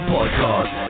Podcast